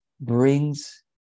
brings